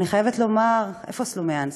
אני חייבת לומר, איפה סלומינסקי,